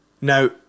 Now